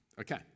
Okay